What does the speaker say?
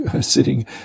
sitting